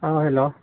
अ hello